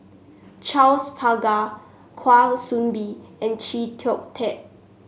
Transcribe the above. Charles Paglar Kwa Soon Bee and Chee Kong Tet